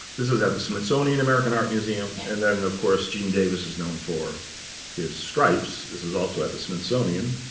this is at the smithsonian american art museum, and then, of course, gene davis is known for his stripes. this is also at the smithsonian